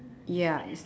ya is